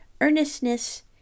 earnestness